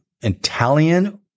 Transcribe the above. Italian